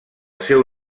seu